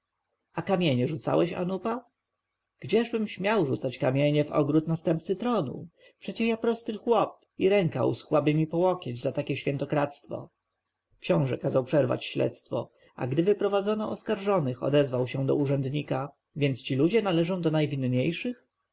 kamienie rzucałeś anupa gdzieżbym śmiał rzucać kamienie w ogród następcy tronu przecie ja prosty chłop i ręka uschłaby mi po łokieć za takie świętokradztwo książę kazał przerwać śledztwo a gdy wyprowadzono oskarżonych odezwał się do urzędnika więc ci ludzie należą do najwinniejszych